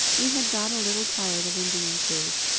we had got a little tired of indian food.